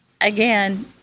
Again